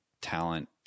talent